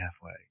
halfway